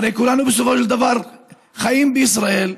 הרי כולנו בסופו של דבר חיים בישראל.